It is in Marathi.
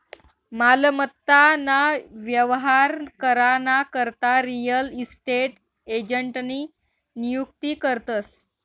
मालमत्ता ना व्यवहार करा ना करता रियल इस्टेट एजंटनी नियुक्ती करतस